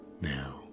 now